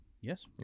Yes